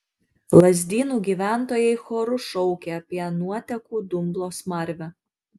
lazdynų gyventojai choru šaukė apie nuotekų dumblo smarvę